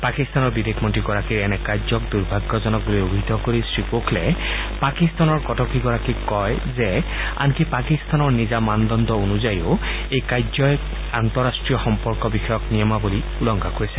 পাকিস্তানৰ বিদেশ মন্ত্ৰী গৰাকীৰ এনে কাৰ্যক দূৰ্ভাগ্যজনক বুলি অভিহিত কৰি শ্ৰীগোখলে পাকিস্তানৰ কটকীগৰাকীক কয় যে আনকি পাকিস্তানৰ নিজা মানদণ্ড অনুযায়ীও এই কাৰ্যহি আন্তঃৰট্টীয় সম্পৰ্ক বিষয়ক নিয়মাৱলী উলংঘা কৰিছে